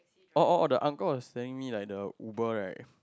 oh oh oh the uncle was telling me like the Uber right